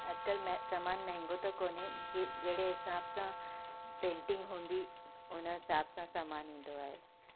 अॼु कल्ह में सामान महांगो त कोन्हे जि जहिड़े हिसाब सां पेंटिंग हूंदी उन हिसाब सां सामान ईंदो आहे